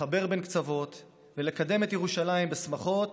לחבר בין קצוות ולקדם את ירושלים בשמחות